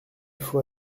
faut